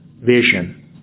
vision